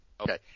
Okay